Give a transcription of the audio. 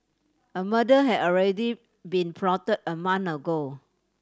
a murder had already been plotted a month ago